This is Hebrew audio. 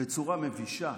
בצורה מבישה